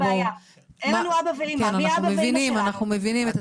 אנחנו מבינים, אנחנו מבינים,